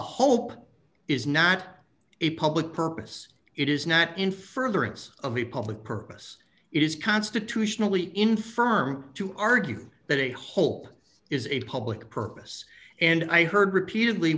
hope is not a public purpose it is not in furtherance of the public purpose it is constitutionally infirm to argue that a hope is a public purpose and i heard repeatedly